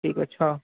ଠିକ୍ ଅଛି ହଁ